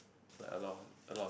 like a lot a lot